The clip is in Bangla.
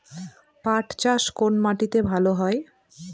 পাট চাষ কোন মাটিতে ভালো হয়?